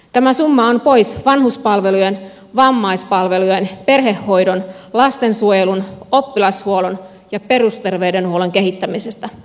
tämä summa on pois vanhuspalvelujen vammaispalvelujen perhehoidon lastensuojelun oppilashuollon ja perusterveydenhuollon kehittämisestä